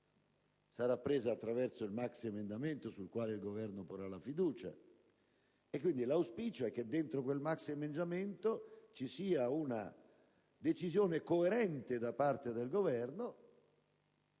sarà presa attraverso il maxiemendamento sul quale il Governo porrà la fiducia, e quindi l'auspicio è che dentro quel maxiemendamento ci sia una decisione coerente da parte del Governo